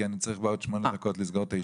כי צריך בעוד שמונה דקות לסגור את הישיבה.